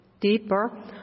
deeper